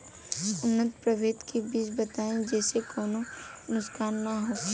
उन्नत प्रभेद के बीज बताई जेसे कौनो नुकसान न होखे?